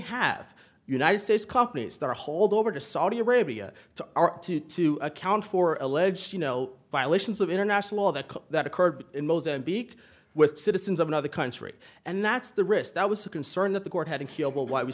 have united states companies that are hold over to saudi arabia to to to account for alleged you know violations of international that that occurred in mozambique with citizens of another country and that's the risk that was a concern that the court had and why we